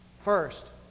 First